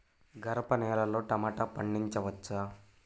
గరపనేలలో టమాటా పండించవచ్చా?